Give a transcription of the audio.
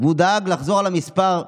והוא דאג לחזור על המספר: